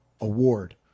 Award